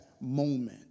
moment